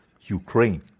ukraine